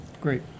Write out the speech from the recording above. Great